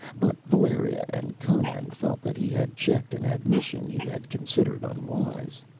but valeria and conan felt that he had checked an admission he had considered unwise.